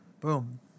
Boom